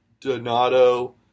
Donato